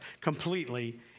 completely